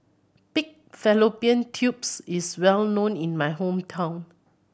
pig fallopian tubes is well known in my hometown